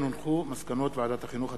מסקנות ועדת החינוך,